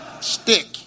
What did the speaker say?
Stick